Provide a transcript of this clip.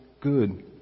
good